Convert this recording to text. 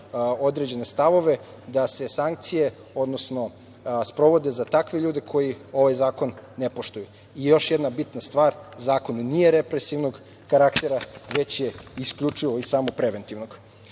određene stavove da se sankcije sprovode za takve ljude koji ovaj zakon ne poštuju. Još jedna bitna stvar, zakon nije represivnog karaktera, već je isključivo i samo preventivnog. Važno